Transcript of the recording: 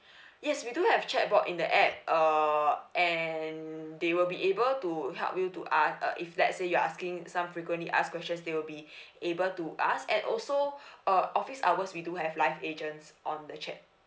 yes we do have chat board in the app uh and they will be able to help you to ask uh if let's say you're asking some frequently asked questions they will be able to ask and also uh office hours we do have live agents on the chat